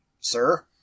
sir